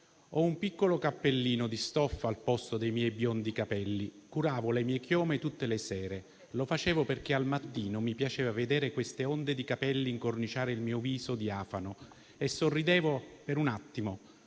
ho un piccolo cappellino di stoffa al posto dei miei biondi capelli. Curavo le mie chiome tutte le sere, lo facevo perché al mattino mi piaceva vedere queste onde di capelli incorniciare il mio viso diafano e sorridevo, per un attimo,